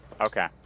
okay